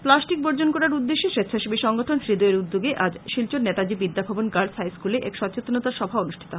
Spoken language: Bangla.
প্লাস্টিক বর্জন করার উদ্দেশ্যে স্বেচ্ছাসেবী সংগঠন হৃদয়ের উদ্যোগে আজ শিলচর নেতাজী বিদ্যাভবন গার্লস হাইস্কলে এক সচেতনতা সভা অনুষ্ঠিত হয়